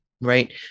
right